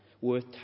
worth